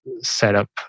setup